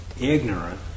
ignorant